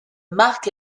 marc